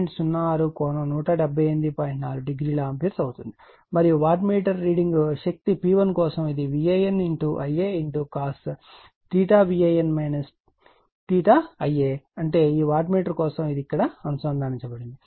4o ampere అవుతుంది మరియు wattmeter reading శక్తి P1 కోసం ఇది VANIa cos అంటే ఈ వాట్ మీటర్ కోసం ఇది ఇక్కడ అనుసంధానించబడి ఉంది